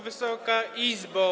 Wysoka Izbo!